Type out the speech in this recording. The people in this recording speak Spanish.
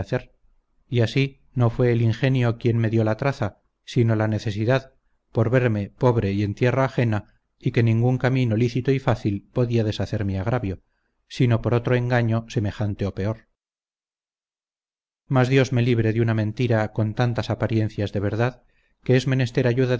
y así no fue el ingenio quien me dio la traza sino la necesidad por verme pobre y en tierra ajena y que ningún camino lícito y fácil podía deshacer mi agravio sino por otro engaño semejante o peor mas dios me libre de una mentira con tantas apariencias de verdad que es menester ayuda